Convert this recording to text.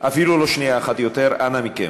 אפילו לא שנייה אחת יותר, אנא מכם.